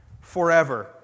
forever